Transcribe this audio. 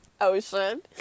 Ocean